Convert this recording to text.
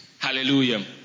Hallelujah